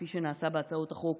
כפי שנעשה בהצעות חוק